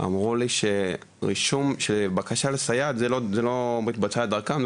אמרו לי שבקשה לסייעת זה לא מתבצע דרכם,